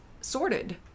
sorted